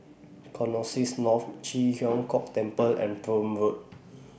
Connexis North Ji Huang Kok Temple and Prome Road